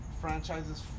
franchises